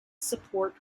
support